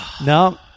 No